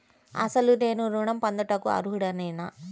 అసలు నేను ఋణం పొందుటకు అర్హుడనేన?